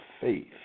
faith